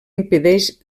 impedeix